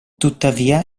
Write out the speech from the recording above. tuttavia